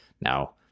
Now